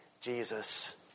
Jesus